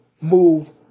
move